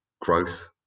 growth